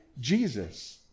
Jesus